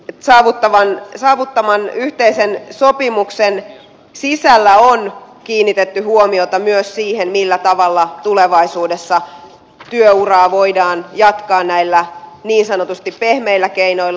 et sä mutta vain saavuttaman yhteisen sopimuksen sisällä on kiinnitetty huomiota myös siihen millä tavalla tulevaisuudessa työuraa voidaan jatkaa näillä niin sanotusti pehmeillä keinoilla